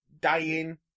dying